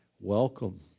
welcome